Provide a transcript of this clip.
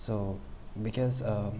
so because um